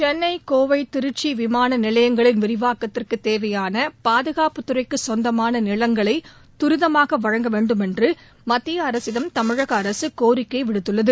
சென்னை கோவை திருச்சி விமான நிலையங்களின் விரிவாகத்திற்கு தேவையான பாதுகாப்புத்துறைக்குச் சொந்தமான நிலங்களை துரிதமாக வழங்கவேண்டுமென்று மத்திய அரசிடம் தமிழக அரசு கோரிக்கை விடுத்துள்ளது